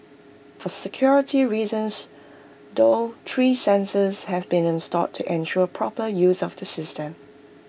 for security reasons though three sensors have been installed to ensure proper use of the system